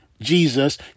Jesus